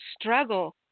struggle